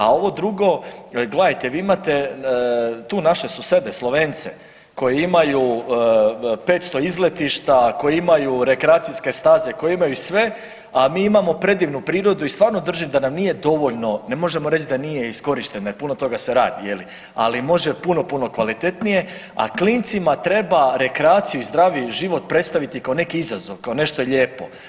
A ovo drugo, gledajte vi imate tu naše susjede Slovence koji imaju 500 izletišta, koji imaju rekreacijske staze, koji imaju sve, a mi imamo predivnu prirodu i stvarno držim da nam nije dovoljno, ne možemo reći da nije iskorištena jer puno toga se radi je li, ali može puno, puno kvalitetnije, a klincima rekreaciju i zdravi život predstaviti kao neki izazov, kao nešto lijepo.